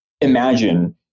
imagine